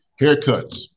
haircuts